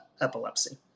epilepsy